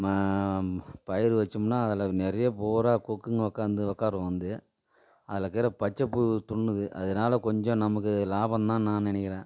ம பயிர் வச்சோம்னால் அதில் நிறைய பூரா கொக்குங்க உக்கார்ந்து உட்காரும் வந்து அதில் இருக்கிற பச்சை புழு தின்னுது அதனால கொஞ்சம் நமக்கு லாபம் தான் நான் நினைக்கிறேன்